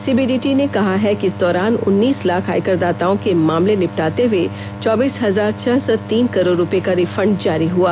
CBDT ने कहा है कि इस दौरान उन्नीस लाख आयकर दाताओं के मामले निपटाते हुए चौबीस हजार छह सौ तीन करोड रुपये का रिफंड जारी हुआ